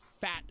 fat